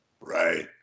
right